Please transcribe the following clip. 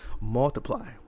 multiply